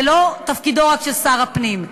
זה לא רק תפקידו של שר הפנים.